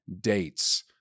dates